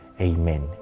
Amen